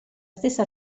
stessa